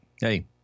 Hey